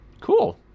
Cool